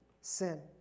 sin